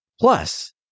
Plus